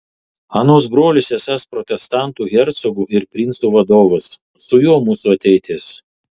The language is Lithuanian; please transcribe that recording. anos brolis esąs protestantų hercogų ir princų vadovas su juo mūsų ateitis